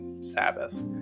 Sabbath